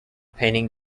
painting